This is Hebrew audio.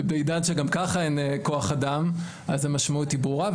ובעידן שגם ככה אין כוח אדם, המשמעות היא ברורה.